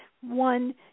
one